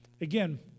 Again